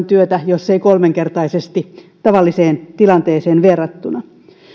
työtä jos ei kolmenkertaisesti tavalliseen tilanteeseen verrattuna